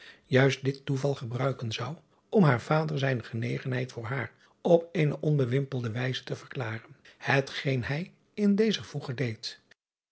juist dit toeval gebruiken zou om haar vader zijne genegenheid voor haar op eene onbewimpelde wijze te verklaren hetgeen hij in dezer voege deed